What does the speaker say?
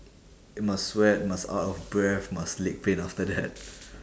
must sweat must out of breath must leg pain after that